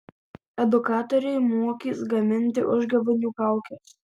edukatoriai mokys gaminti užgavėnių kaukes